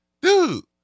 dude